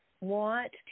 Want